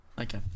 Okay